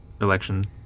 election